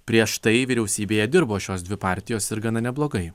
prieš tai vyriausybėje dirbo šios dvi partijos ir gana neblogai